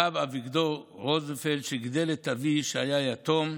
הרב אביגדור רוזנפלד, שגידל את אבי, שהיה יתום,